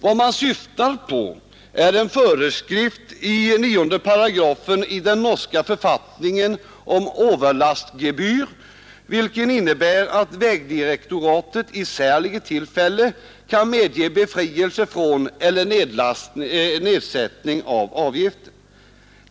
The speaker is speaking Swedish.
Vad de syftar på är en föreskrift i 9 § i den norska författningen om overlastgebyr, vilket innebär att vägdirektoratet i ”saerlige tilfelle” kan medge befrielse från eller nedsättning av avgiften.